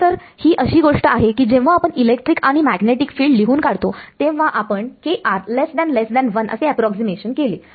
खरंतर ही अशी गोष्ट आहे की जेव्हा आपण इलेक्ट्रिक आणि मॅग्नेटिक फिल्ड लिहून काढतो तेव्हा आपण kr 1 असे एप्रॉक्सीमेशन केले